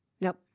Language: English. Nope